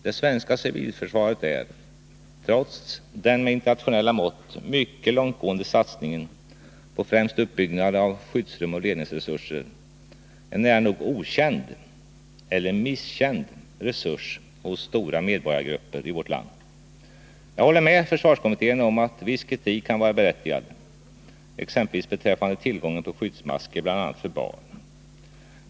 Det svenska civilförsvaret är — trots den med internationella mått mycket långtgående satsningen på främst utbyggnad av skyddsrum och ledningsresurser — en nära nog okänd, eller misskänd, resurs hos stora medborgargrupper i vårt land. Jag håller med försvarskommittén om att viss kritik kan vara berättigad, exempelvis beträffande tillgången på skyddsmasker bl.a. för barn.